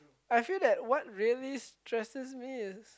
I feel that what really stresses me is